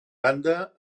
banda